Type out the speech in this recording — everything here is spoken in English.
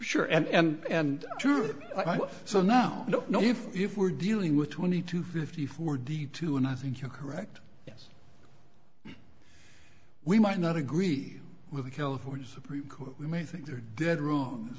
sure and sure so now don't know if if we're dealing with twenty to fifty four d two and i think you're correct we might not agree with the california supreme court we may think they're dead wrong